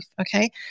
okay